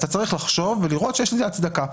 אתה צריך לחשוב ולראות שיש לזה הצדקה.